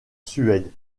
suède